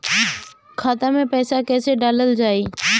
खाते मे पैसा कैसे डालल जाई?